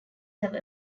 have